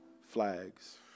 flags